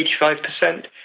85%